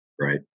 Right